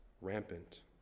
rampant